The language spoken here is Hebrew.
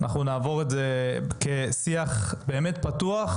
אנחנו נעבור את זה בשיח באמת פתוח,